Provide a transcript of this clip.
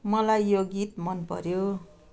मलाई यो गीत मन पऱ्यो